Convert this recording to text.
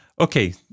Okay